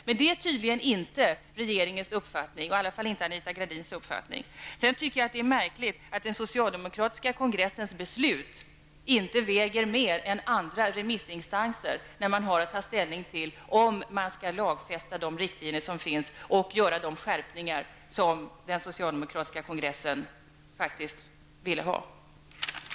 Men det är tydligen inte regeringens uppfattning, i alla fall inte Anita Gradins uppfattning. Det är märkligt att den socialdemokratiska kongressens beslut inte väger mer än andra remissinstanser, när man har att ta ställning till om man skall lagfästa de riktlinjer som finns och göra de skärpningar som den socialdemokratiska kongressen faktiskt ville ha.